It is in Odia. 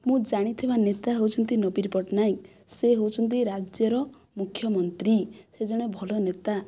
ମୁଁ ଜାଣିଥିବା ନେତା ହେଉଛନ୍ତି ନବୀନ ପଟ୍ଟନାୟକ ସେ ହେଉଛନ୍ତି ରାଜ୍ୟର ମୁଖ୍ୟମନ୍ତ୍ରୀ ସେ ଜଣେ ଭଲ ନେତା